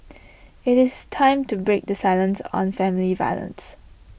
IT is time to break the silence on family violence